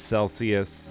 Celsius